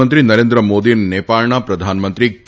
પ્રધાનમંત્રી નરેન્દ્ર મોદી અને નેપાળના પ્રધાનમંત્રી કે